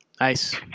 Nice